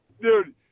Dude